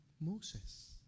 Moses